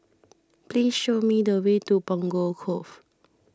please show me the way to Punggol Cove